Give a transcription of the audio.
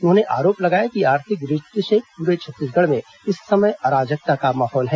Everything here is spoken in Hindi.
उन्होंने आरोप लगाया कि आर्थिक दृष्टि से पूरे छत्तीसगढ़ में इस समय अराजकता का माहौल है